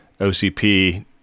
OCP